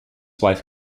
wife